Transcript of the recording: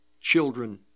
children